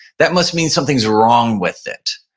that must mean something's wrong with it.